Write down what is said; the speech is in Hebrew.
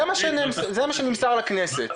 זה מה שנמסר לכנסת.